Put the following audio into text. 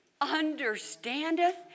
understandeth